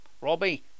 Robbie